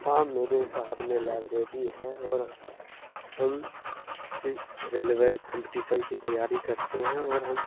हाँ मेरे शहर में लाइब्रेरी है और हम सी रेलवे कंपटीसन की तैयारी करते हैं और हम